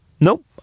nope